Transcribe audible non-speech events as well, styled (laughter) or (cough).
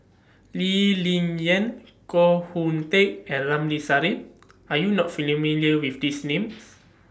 Lee Ling Yen Koh Hoon Teck and Ramli Sarip Are YOU not (unintelligible) with These Names